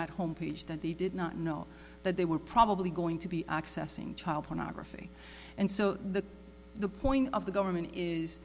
that home page that they did not know that they were probably going to be accessing child pornography and so the the point of the government is